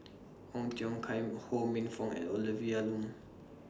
Ong Tiong Khiam Ho Minfong and Olivia Lum